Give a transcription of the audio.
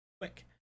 quick